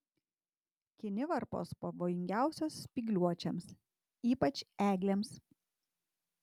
kinivarpos pavojingiausios spygliuočiams ypač eglėms